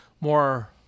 more